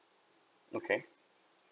okay